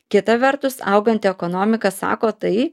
kita vertus auganti ekonomika sako tai